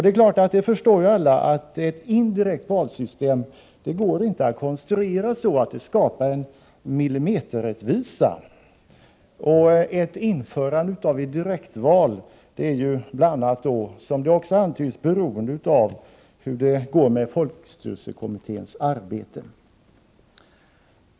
Alla förstår ju att ett system med indirekta val inte går att konstruera så att det skapar en millimeterrättvisa. Ett införande av direkta val är bl.a. beroende av hur det går med folkstyrelsekommitténs arbete.